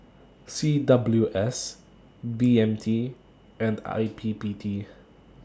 C W S B M T and I P P T